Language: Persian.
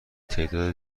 تعداد